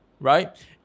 right